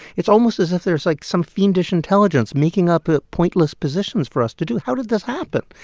it's almost as if there's like some fiendish intelligence making up ah pointless positions for us to do. how did this happen?